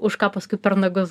už ką paskui per nagus